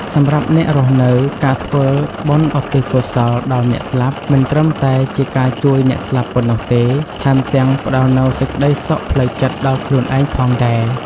សម្រាប់អ្នករស់នៅ ការធ្វើបុណ្យឧទ្ទិសកុសលដល់អ្នកស្លាប់ មិនត្រឹមតែជាការជួយអ្នកស្លាប់ប៉ុណ្ណោះទេ ថែមទាំងផ្តល់នូវសេចក្តីសុខផ្លូវចិត្តដល់ខ្លួនឯងផងដែរ។